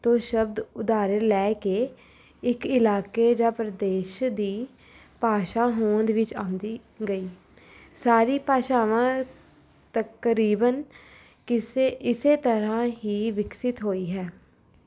ਤੋਂ ਸ਼ਬਦ ਉਧਾਰ ਲੈ ਕੇ ਇੱਕ ਇਲਾਕੇ ਜਾਂ ਪ੍ਰਦੇਸ਼ ਦੀ ਭਾਸ਼ਾ ਹੋਂਦ ਵਿੱਚ ਆਉਂਦੀ ਗਈ ਸਾਰੀ ਭਾਸ਼ਾਵਾਂ ਤਕਰੀਬਨ ਕਿਸੇ ਇਸ ਤਰ੍ਹਾਂ ਹੀ ਵਿਕਸਿਤ ਹੋਈ ਹੈ